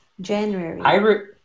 January